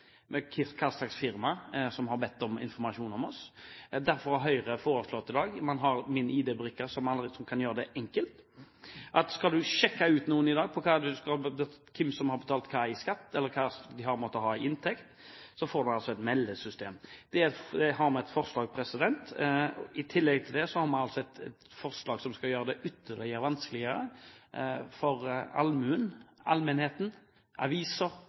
hva slags firma som har bedt om informasjon om deg. Derfor har Høyre foreslått i dag at man kan gjøre det enkelt med MinID – skal man sjekke ut noen i dag, hvem som har betalt hva i skatt eller hva de måtte ha i inntekt, får man altså et meldesystem. Der har vi et forslag. I tillegg til det har vi et forslag som skal gjøre det enda vanskeligere for